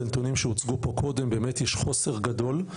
הנתונים שהוצגו פה קודם באמת יש חוסר גדול.